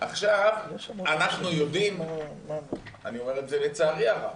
אנחנו יודעים אני אומר את זה לצערי הרב